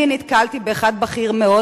אני נתקלתי באחד בכיר מאוד,